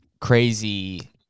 crazy